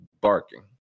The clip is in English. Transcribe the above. barking